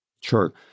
Sure